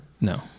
No